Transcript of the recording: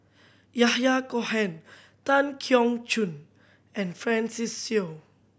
Yahya Cohen Tan Keong Choon and Francis Seow